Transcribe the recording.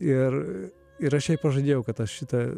ir ir aš pažadėjau kad aš šitą